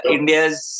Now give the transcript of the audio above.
India's